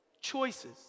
Choices